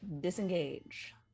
disengage